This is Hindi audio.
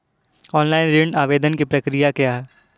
ऑनलाइन ऋण आवेदन की प्रक्रिया क्या है?